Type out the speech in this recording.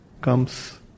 comes